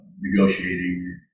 negotiating